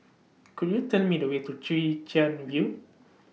Could YOU Tell Me The Way to Chwee Chian View